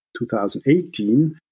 2018